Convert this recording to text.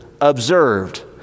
observed